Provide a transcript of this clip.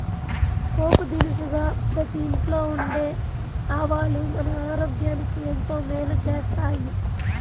పోపు దినుసుగా ప్రతి ఇంట్లో ఉండే ఆవాలు మన ఆరోగ్యానికి ఎంతో మేలు చేస్తాయి